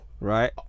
Right